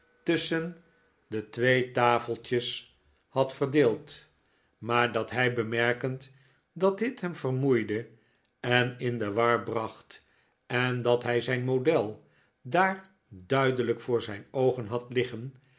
tusschen de twee tafeltjes had verdeeld maar dat hij bemerkend dat dit hem vermoeide en in de war bracht en dat hij zijn model daar duidelijk voor zijn oogen had liggen